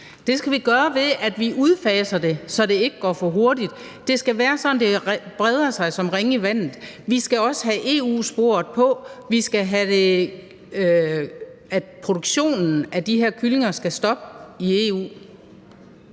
Det skal vi gøre ved, at vi udfaser det, så det ikke går for hurtigt. Det skal være sådan, at det breder sig som ringe i vandet. Vi skal også have EU-sporet på: Produktionen af de her kyllinger skal stoppe i EU.